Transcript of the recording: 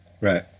right